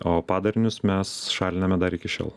o padarinius mes šaliname dar iki šiol